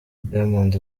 diamond